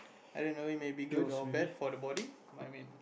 I don't know it may be good or bad for the body I mean